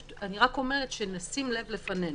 אני רק אומרת שנשים לב לפנינו,